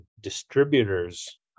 distributors